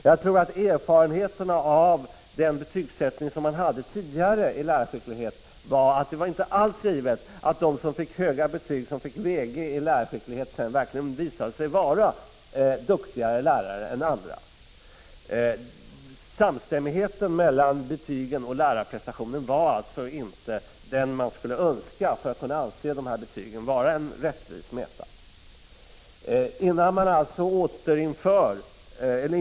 Jag tror att erfarenheterna av den betygsättning som man hade tidigare när det gäller lärarskicklighet visade att det inte alls var givet att de som fick höga betyg, som fick Väl godkänd i lärarskicklighet, sedan verkligen visade sig vara duktigare lärare än andra. Samstämmigheten mellan betygen och lärarprestationen var alltså inte den man skulle önska för att kunna anse dessa betyg vara en rättvis mätare.